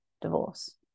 divorce